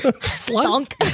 Slunk